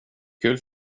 kul